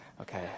Okay